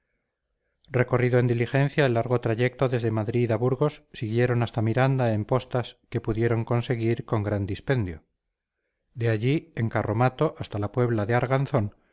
recorrido en diligencia el largo trayecto desde madrid a burgos siguieron hasta miranda en postas que pudieron conseguir con gran dispendio de allí en carromato hasta la puebla de arganzón donde